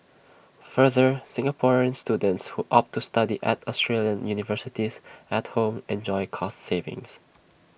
further Singaporean students who opt to study at Australian universities at home enjoy cost savings